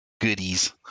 goodies